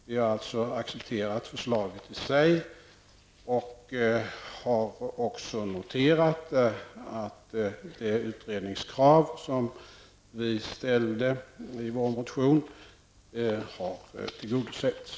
Vi har alltså accepterat förslaget i sig och har också noterat att det utredningskrav som vi ställde i vår motion har tillgodosetts.